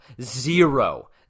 Zero